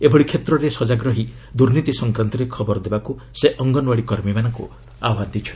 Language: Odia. ଏଭଳି କ୍ଷେତ୍ରରେ ସଜାଗ ରହି ଦୁର୍ନୀତି ସଂକ୍ରାନ୍ତରେ ଖବର ଦେବାକୁ ସେ ଅଙ୍ଗନଓ୍ୱାଡ଼ି କର୍ମୀମାନଙ୍କୁ ଆହ୍ୱାନ ଦେଇଛନ୍ତି